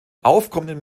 aufkommenden